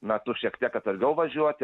metu šiek tiek atsargiau važiuoti